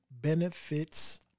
benefits